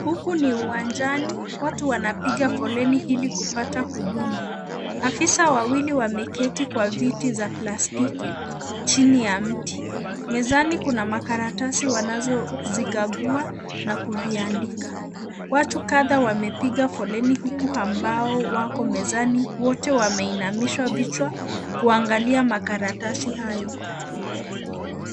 Huku ni uwanjani, watu wanapiga foleni ili kupata huduma. Afisa wawili wameketi kwa viti za plastiki chini ya mti. Mezani kuna makaratasi wanazozikagua na kuviandika. Watu kadha wamepiga foleni huku ambao wako mezani wote wameinamisha vichwa kuangalia makaratasi hayo.